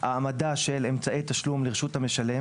העמדה של אמצעי תשלום לרשות המשלם